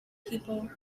people